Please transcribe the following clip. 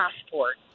Passport